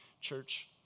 church